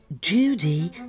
Judy